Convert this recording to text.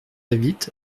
avit